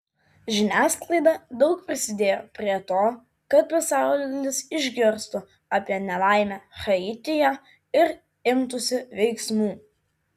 žiniasklaida daug prisidėjo prie to kad pasaulis išgirstų apie nelaimę haityje ir imtųsi veiksmų